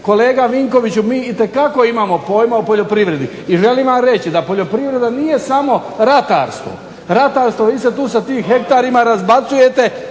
Kolega Vinkoviću mi itekako imamo pojma o poljoprivredi. I želim vam reći da poljoprivreda nije samo ratarstvo. Vi se tu sa tim hektarima razbacujete.